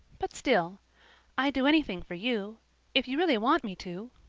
but still i'd do anything for you if you really want me to